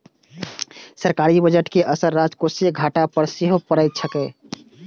सरकारी बजट के असर राजकोषीय घाटा पर सेहो पड़ैत छैक